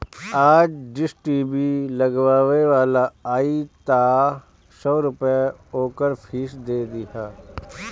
आज dish TV लगावे वाला आई तअ सौ रूपया ओकर फ़ीस दे दिहा